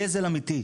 גזל אמיתי.